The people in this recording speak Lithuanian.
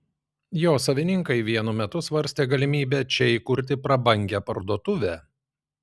jo savininkai vienu metu svarstė galimybę čia įkurti prabangią parduotuvę